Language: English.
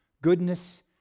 Goodness